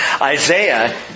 Isaiah